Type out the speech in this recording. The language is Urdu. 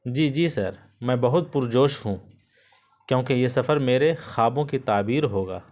جی جی سر میں بہت پرجوش ہوں کیونکہ یہ سفر میرے خوابوں کی تعبیر ہوگا